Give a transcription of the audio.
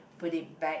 put it back